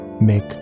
make